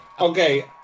Okay